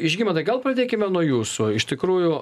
žygimantai gal pradėkime nuo jūsų iš tikrųjų